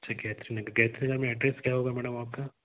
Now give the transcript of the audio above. अच्छा गायत्री नगर गायत्री नगर में एड्रेस क्या होगा मैडम आपका